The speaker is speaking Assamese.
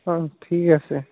অ ঠিক আছে